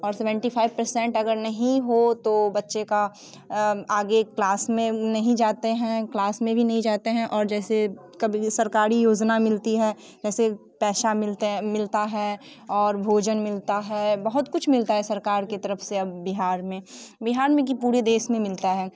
और seventy five percent अगर नहीं हो तो बच्चे का आगे क्लास में नहीं जाते हैं क्लास में भी नहीं जाते हैं और जैसे कभी भी सरकारी योजना मिलती है कैसे पैसे मिलते हैं मिलता है और भोजन मिलता है बहुत कुछ मिलता है सरकार की तरफ़ से अब बिहार में बिहार में कि पुरे देश में मिलता है